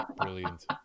brilliant